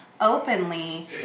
openly